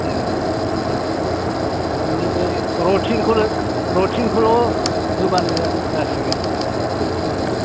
अ अ थारमाने बे रुथिनखौ रुथिनखौल' होबानो जासिगोन रुथिनफ्रा